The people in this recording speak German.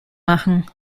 machen